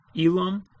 Elam